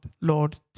Lord